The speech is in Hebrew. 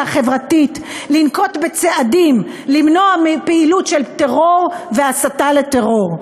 החברתית לנקוט צעדים למנוע פעילות של טרור והסתה לטרור.